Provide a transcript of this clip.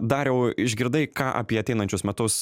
dariau išgirdai ką apie ateinančius metus